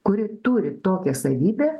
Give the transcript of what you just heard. kuri turi tokią savybę